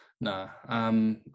No